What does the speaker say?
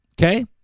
Okay